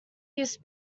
use